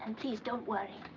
please, don't worry.